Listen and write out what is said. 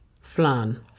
flan